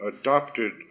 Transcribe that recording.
adopted